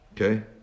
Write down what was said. Okay